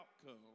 outcome